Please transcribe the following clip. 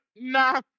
nah